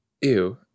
Ew